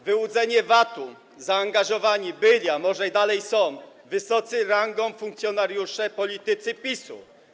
W wyłudzenie VAT-u zaangażowani byli, a może dalej są, wysocy rangą funkcjonariusze, politycy PiS-u.